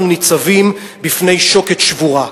אנחנו ניצבים בפני שוקת שבורה,